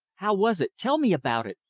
how was it? tell me about it!